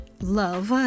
love